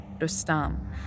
Rustam